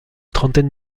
trentaine